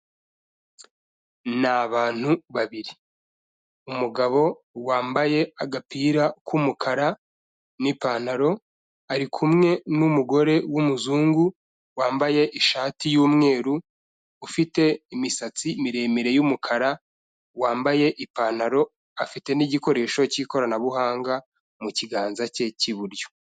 Ni abantu babiri, umugabo wambaye agapira k'umukara n'ipantaro, ari kumwe n'umugore w'umuzungu, wambaye ishati y'umweru, ufite imisatsi miremire y'umukara, wambaye ipantaro afite n'igikoresho cy'ikoranabuhanga mu kiganza cye cy'iburyo.